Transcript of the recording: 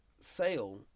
Sale